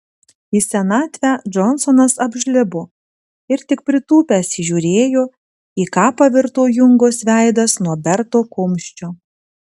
į senatvę džonsonas apžlibo ir tik pritūpęs įžiūrėjo į ką pavirto jungos veidas nuo berto kumščio